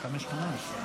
ומשה פסל.